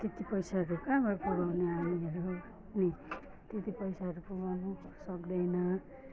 त्यत्ति पैसाहरू कहाँबाट पुर्याउनु नानीहरू अनि त्यति पैसाहरू पुर्याउनु सक्दैन